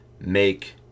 make